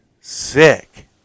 Sick